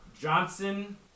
Johnson